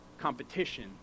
competition